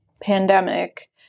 pandemic